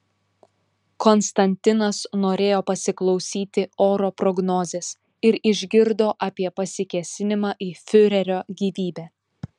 konstantinas norėjo pasiklausyti oro prognozės ir išgirdo apie pasikėsinimą į fiurerio gyvybę